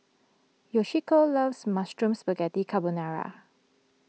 Yoshiko loves Mushroom Spaghetti Carbonara